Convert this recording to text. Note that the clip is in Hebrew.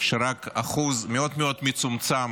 שרק אחוז מאוד מאוד מצומצם